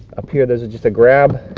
up here, those are just a grab.